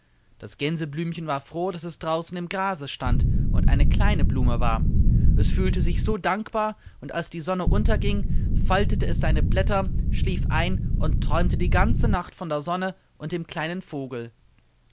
das gänseblümchen war froh daß es draußen im grase stand und eine kleine blume war es fühlte sich so dankbar und als die sonne unterging faltete es seine blätter schlief ein und träumte die ganze nacht von der sonne und dem kleinen vogel